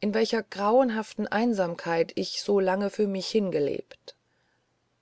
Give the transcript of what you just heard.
in welcher grauenhaften einsamkeit ich so lange für mich hingelebt